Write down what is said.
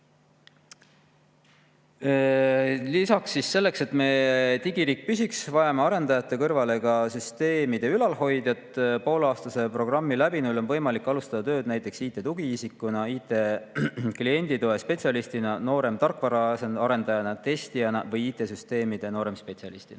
Lisaks, selleks, et meie digiriik püsiks, vajame arendajate kõrvale ka süsteemide ülalhoidjaid. Pooleaastase programmi läbinuil on võimalik alustada tööd näiteks IT-tugiisikuna, IT-klienditoe spetsialistina, nooremtarkvaraarendajana, testijana või IT‑süsteemide nooremspetsialistina.